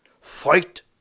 Fight